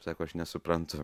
sako aš nesuprantu